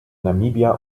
namibia